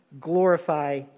Glorify